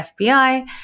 FBI